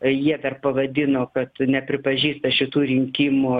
jie dar pavadino kad nepripažįsta šitų rinkimų